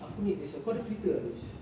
aku need kau ada Twitter tak lis